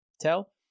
tell